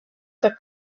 the